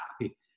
happy